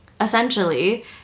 essentially